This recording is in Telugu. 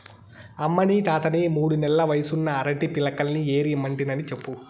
అమ్మనీ తాతని మూడు నెల్ల వయసున్న అరటి పిలకల్ని ఏరి ఇమ్మంటినని చెప్పు